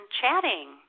chatting